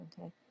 okay